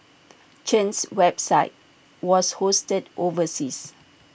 Chen's website was hosted overseas